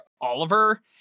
Oliver